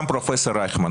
וגם פרופ' רייכמן,